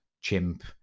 chimp